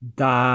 da